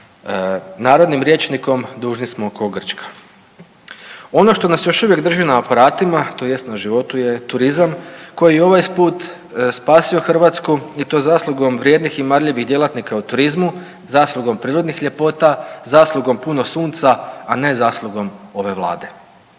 narodnim rječnikom dužni smo kao Grčka. Ono što nas još uvijek drži na aparatima tj. na životu je turizam koji je i ovaj put spasio Hrvatsku i to zaslugom vrijednih i marljivih djelatnika u turizmu, zaslugom prirodnih ljepota, zaslugom puno sunca, a ne zaslugom ove Vlade.